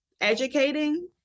educating